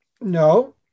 No